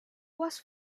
was